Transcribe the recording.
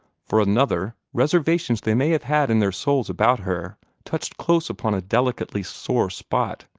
for another, reservations they may have had in their souls about her touched close upon a delicately sore spot.